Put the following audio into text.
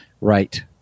Right